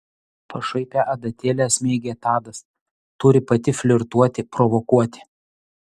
pašaipią adatėlę smeigė tadas turi pati flirtuoti provokuoti